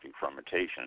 fermentation